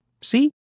See